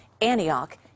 Antioch